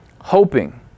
hoping